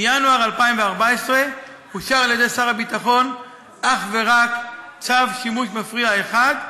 מינואר 2014 אושר על-ידי שר הביטחון אך ורק צו שימוש מפריע אחד,